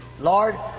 Lord